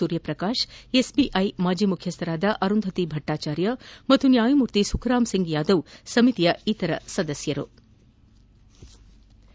ಸೂರ್ಯಪ್ರಕಾಶ್ ಎಸ್ಬಿಐನ ಮಾಜಿ ಮುಖ್ಯಸ್ಥರಾದ ಅರುಂಧತಿ ಭಟ್ನಾಚಾರ್ಯ ಹಾಗೂ ನ್ನಾಯಮೂರ್ತಿ ಸುಖರಾಮ್ ಸಿಂಗ್ಯಾದವ್ ಸಮಿತಿಯ ಇತರ ಸದಸ್ಲರಾಗಿರುತ್ತಾರೆ